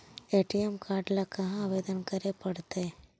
ATM card ल कहा आवेदन करे पड़तै?